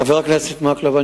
חבר הכנסת מקלב,